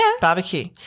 barbecue